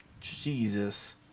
Jesus